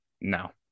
no